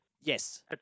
Yes